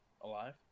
Alive